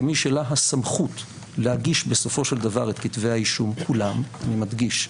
כמי שלה הסמכות להגיש בסופו של דבר את כתבי האישום כולם אני מדגיש,